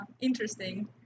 Interesting